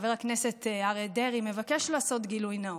חבר הכנסת אריה דרעי מבקש לעשות גילוי נאות,